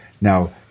now